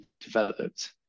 developed